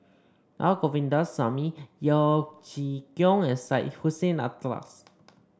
Na Govindasamy Yeo Chee Kiong and Syed Hussein Alatas